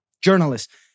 Journalists